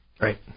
Right